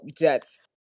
Jet's